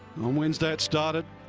on wednesday it started,